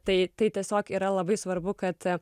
tai tai tiesiog yra labai svarbu kad